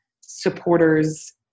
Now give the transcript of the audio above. supporters